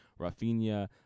Rafinha